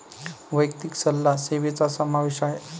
वैयक्तिक सल्ला सेवेचा समावेश आहे